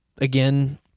Again